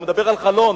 הוא מדבר על חלון,